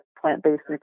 plant-based